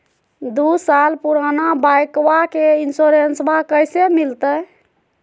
दू साल पुराना बाइकबा के इंसोरेंसबा कैसे मिलते?